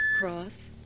Cross